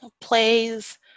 plays